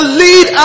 lead